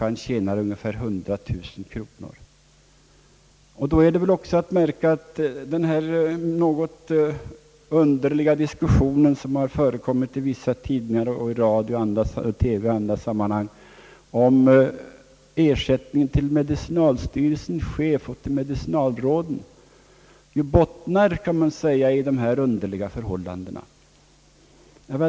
Här är också att märka, att den något underliga diskussion som förekommit i press, radio och TV beträffande medicinalstyrelsens ersättning till sin generaldirektör och medicinalråden bottnar i dessa förhållanden.